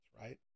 right